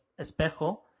Espejo